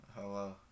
Hello